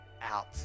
out